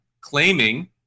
claiming